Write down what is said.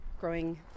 growing